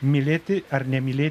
mylėti ar nemylėti